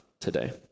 today